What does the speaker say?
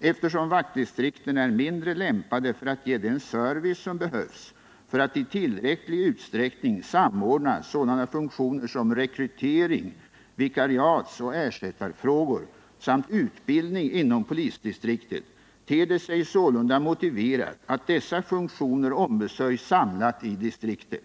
Eftersom vaktdistrikten är mindre lämpade för att ge den service som behövs för att i tillräcklig utsträckning samordna sådana funktioner som rekrytering, vikariatsoch ersättarfrågor samt utbildning inom polisdistriktet, ter det sig sålunda motiverat att dessa funktioner ombesörjs samlat i distriktet.